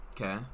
okay